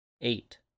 Eight